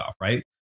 Right